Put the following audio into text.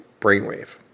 brainwave